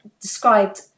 described